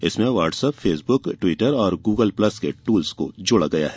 इसमें WhatsApp Facebook Twitter और Google Plus के दूल को जोड़ा गया है